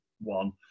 one